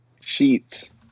Sheets